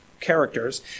characters